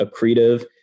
accretive